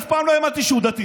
אף פעם לא האמנתי שהוא דתי.